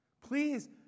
Please